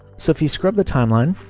so if you scrub the timeline,